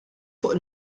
fuq